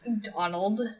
Donald